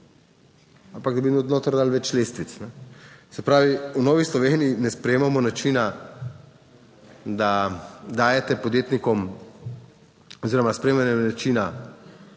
ampak da bi noter dali več lestvic, ne. Se pravi, v Novi Sloveniji ne sprejemamo načina, da dajete podjetnikom oziroma sprejemanje načina